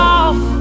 off